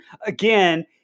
Again